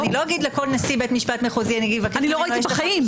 אני לא אגיד לכל נשיא בית משפט מחוזי --- אני לא ראיתי בחיים.